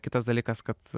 kitas dalykas kad